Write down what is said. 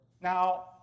Now